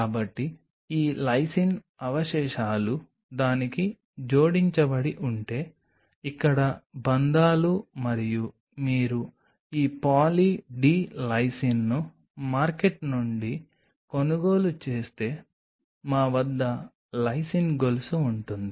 కాబట్టి ఈ లైసిన్ అవశేషాలు దానికి జోడించబడి ఉంటే ఇక్కడ బంధాలు మరియు మీరు ఈ Poly D లైసిన్ను మార్కెట్ నుండి కొనుగోలు చేస్తే మా వద్ద లైసిన్ గొలుసు ఉంటుంది